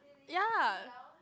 ya